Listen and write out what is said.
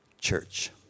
church